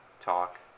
talk